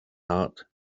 heart